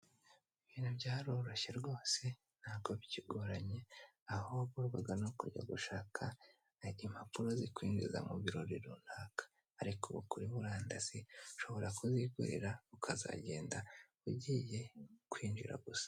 Ibintu byaroroshye rwose, ntabwo bikigoranye, aho wagorwaga no kujya gushaka impapuro zikwinjiza mu birori runaka ariko ubu kuri murandasi ushobora kuzigurira ukazagenda ugiye kwinjira gusa.